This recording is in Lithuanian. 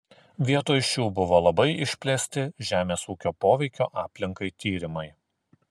vietoj šių buvo labai išplėsti žemės ūkio poveikio aplinkai tyrimai